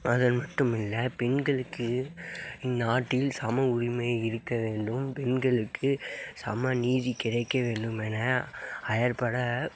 அது மட்டும் இல்லை பெண்களுக்கு இந்நாட்டில் சம உரிமை இருக்க வேண்டும் பெண்களுக்கு சமநீதி கிடைக்க வேண்டும் என அயற்பட